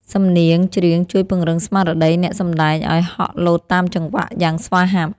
សំនៀងច្រៀងជួយពង្រឹងស្មារតីអ្នកសម្ដែងឱ្យហក់លោតតាមចង្វាក់យ៉ាងស្វាហាប់។